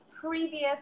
previous